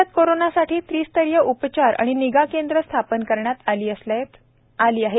राज्यात कोरोनासाठी त्रिस्तरीय उपचार व निगा केंद्रे स्थापन करण्यात आली आहेत